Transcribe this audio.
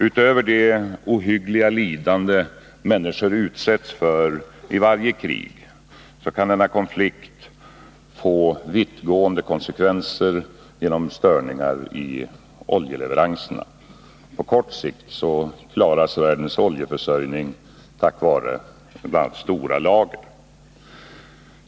Utöver det ohyggliga lidande människor utsätts för i varje krig kan denna konflikt få vittgående konsekvenser genom störningar i oljeleveranserna. På kort sikt klaras världens oljeförsörjning tack vare bl.a. stora lager.